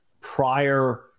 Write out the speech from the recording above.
prior